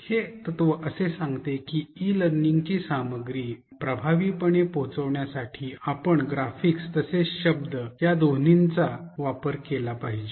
हे तत्व असे सांगते की ई शिक्षण ची सामग्री प्रभावीपणे पोहचविण्यासाठी आपण ग्राफिक्स तसेच शब्दांचा या दोन्हीचा वापर केला पाहिजे